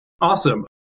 Awesome